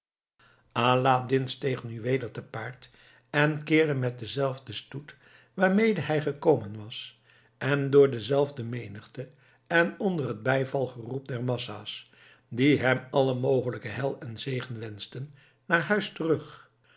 aladdin steeg nu weder te paard en keerde met denzelfden stoet waarmede hij gekomen was en door dezelfde menigte en onder het bijvalgeroep der massa's die hem alle mogelijke heil en zegen wenschten naar huis terug